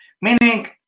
meaning